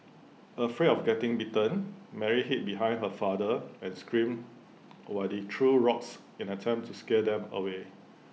afraid of getting bitten Mary hid behind her father and screamed while he threw rocks in an attempt to scare them away